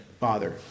Father